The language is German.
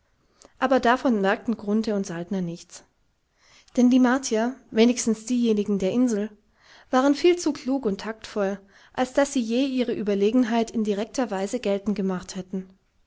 aber davon merkten grunthe und saltner nichts denn die martier wenigstens diejenigen der insel waren viel zu klug und taktvoll als daß sie je ihre überlegenheit in direkter weise geltend gemacht hätten